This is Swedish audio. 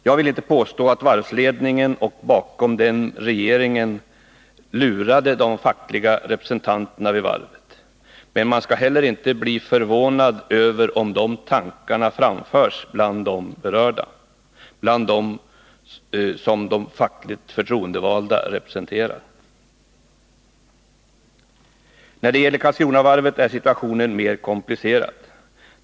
Jag vill inte påstå att varvsledningen och bakom den regeringen lurade de fackliga representanterna vid varvet, men man skall heller inte bli förvånad 85 över att sådana tankar framförts bland de berörda, bland dem som de fackliga förtroendevalda representerar. När det gäller Karlskronavarvet är situationen mer komplicerad.